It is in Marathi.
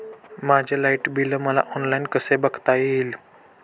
माझे लाईट बिल मला ऑनलाईन कसे बघता येईल?